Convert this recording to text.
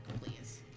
please